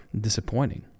disappointing